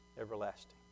Everlasting